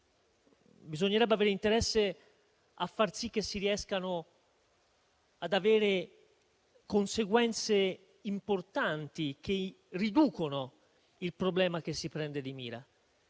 bisognerebbe avere interesse a far sì che si riescano ad avere conseguenze importanti che riducono il problema che si prende di mira.